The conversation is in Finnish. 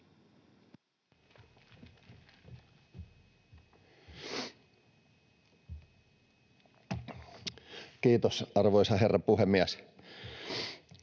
Content: Arvoisa herra puhemies!